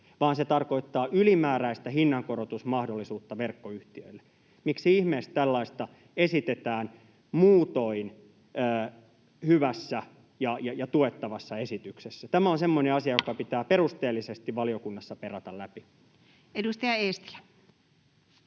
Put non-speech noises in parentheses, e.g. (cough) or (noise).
vaan se tarkoittaa ylimääräistä hinnankorotusmahdollisuutta verkkoyhtiöille. Miksi ihmeessä tällaista esitetään muutoin hyvässä ja tuettavassa esityksessä? Tämä on semmoinen asia, joka (noise) pitää perusteellisesti valiokunnassa perata läpi. [Speech